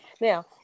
Now